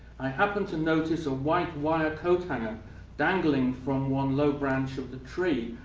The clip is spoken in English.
i happen to notice a white wire coat hanger dangling from one low branch of the tree,